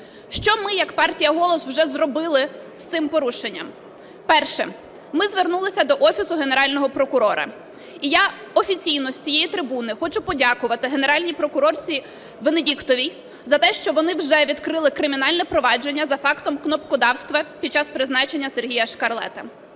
Що ми як партія "Голос"вже зробили з цим порушенням. Перше. Ми звернулися до Офісу Генерального прокурора. І я офіційно з цієї трибуни хочу подякувати Генеральній прокурорці Венедіктовій за те, що вони вже відкрили кримінальне провадження за фактом кнопкодавства під час призначення Сергія Шкарлета.